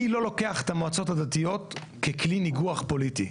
אני לא לוקח את המועצות הדתיות ככלי ניגוח פוליטי.